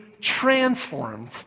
transformed